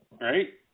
Right